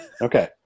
Okay